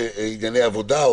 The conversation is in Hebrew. לענייני עבודה.